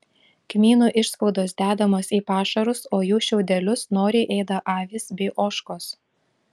kmynų išspaudos dedamos į pašarus o jų šiaudelius noriai ėda avys bei ožkos